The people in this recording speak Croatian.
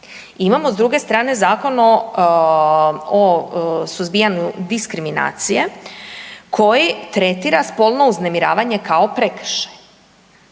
Imamo s druge strane Zakon o suzbijanju diskriminacije koji tretira spolno uznemiravanje kao prekršaj.